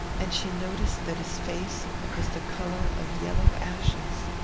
and she noticed that his face was the colour of yellow ashes.